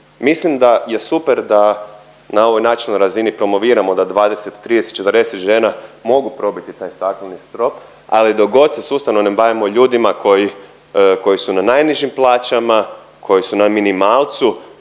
Mislim da je super da na ovoj načelnoj razini promoviramo da 20,30,40 žena mogu probiti taj stakleni strop, ali dok god se sustavno ne bavimo ljudima koji su na najnižim plaćama, koji su na minimalcu,